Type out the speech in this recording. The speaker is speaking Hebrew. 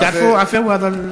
תערפו הדא?